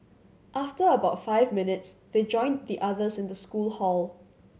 after about five minutes they joined the others in the school hall